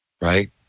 right